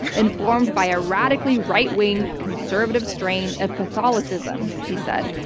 informed by a radically right-wing conservative strain of catholicism he said.